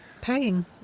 paying